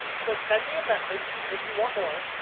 so send me a message if you want more.